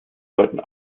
burton